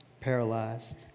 paralyzed